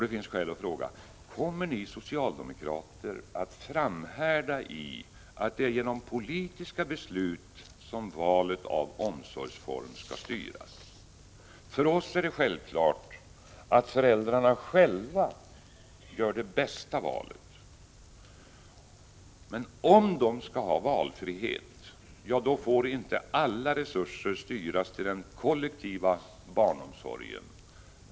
Det finns skäl att fråga: Kommer ni socialdemokrater att framhärda i att det är genom politiska beslut som valet av omsorgsform skall styras? För oss är det självklart att föräldrarna själva gör det bästa valet. Men om de skall ha valfrihet, så får inte alla resurser styras till den kollektiva barnomsorgen.